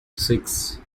six